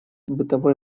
бытовой